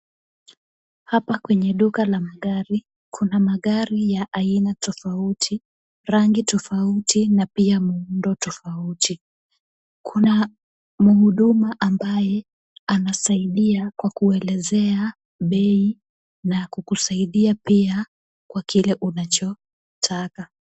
Hapa kwenye duka la magari kuna magari ya aina tofauti, rangi tofauti na pia muundo tofauti. Kuna muhuduma ambaye anasaidia kwa kuelezea bei na kukusaidia pia kwa kile unachotaka.